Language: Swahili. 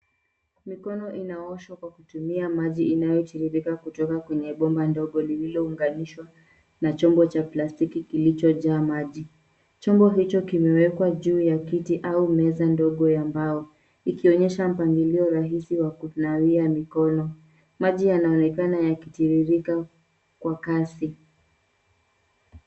Mikono inaoshwa kwa kutumia maji inayotiririka kutoka kwenye bomba ndogo lililounganishwa na chomba cha plastiki kilichojaa maji. Chomba hicho kimewekwa juu ya kiti au meza ndogo ya mbao. ikionyesha mpangilio rahisi wa kunawia mikono. Maji yanaonekana yakitiririka kwa kasi.